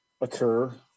occur